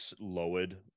lowered